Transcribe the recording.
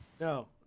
no